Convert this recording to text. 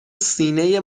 سینه